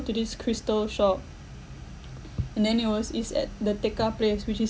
to this crystal shop and then it was is at the tekka place which is